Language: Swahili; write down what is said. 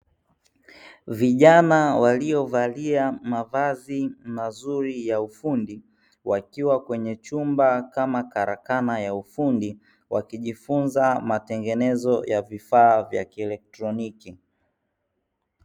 Vijana waliovalia mavazi mazuri ya ufundi, wakiwa kwenye chumba kama karakana ya ufundi wakijifunza matengenezo ya vifaa vya kielektroniki.